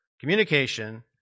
communication